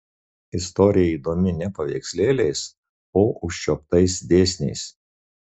istorija įdomi ne paveikslėliais o užčiuoptais dėsniais